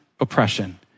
oppression